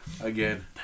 again